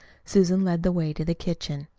susan led the way to the kitchen.